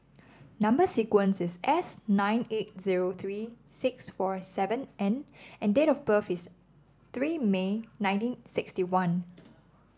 number sequence is S nine eight zero three six four seven N and date of birth is three May nineteen sixty one